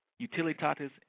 utilitatis